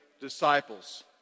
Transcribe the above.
disciples